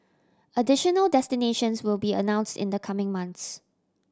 additional destinations will be announced in the coming months